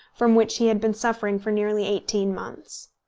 from which he had been suffering for nearly eighteen months.